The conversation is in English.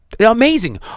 amazing